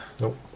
Nope